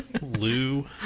Lou